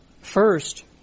First